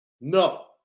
No